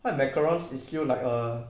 [what] macarons is like err